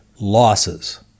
losses